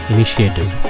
Initiative